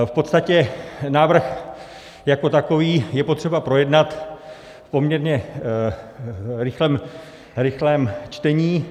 V podstatě návrh jako takový je potřeba projednat v poměrně rychlém čtení.